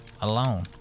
Alone